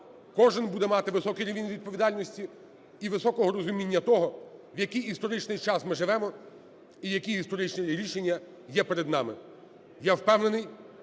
кожен буде мати високий рівень відповідальності і високого розуміння того, в який історичний час ми живемо і які історичні рішення є перед нами. Я впевнений,